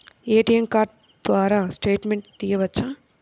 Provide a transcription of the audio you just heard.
ATM card ద్వారా statement తీయవచ్చా?